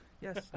Yes